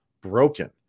broken